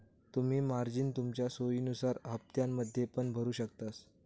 तुम्ही मार्जिन तुमच्या सोयीनुसार हप्त्त्यांमध्ये पण भरु शकतास